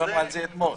דיברנו על זה אתמול.